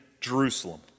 Jerusalem